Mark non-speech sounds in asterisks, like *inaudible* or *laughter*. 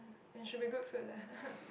then should be good food lah *laughs*